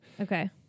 okay